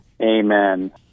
Amen